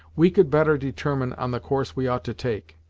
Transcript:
we could better determine on the course we ought to take.